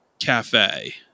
cafe